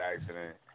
accident